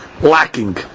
lacking